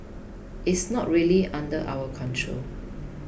it's not really under our control